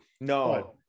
No